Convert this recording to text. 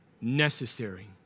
necessary